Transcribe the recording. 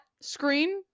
screen